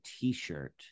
t-shirt